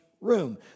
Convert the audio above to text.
room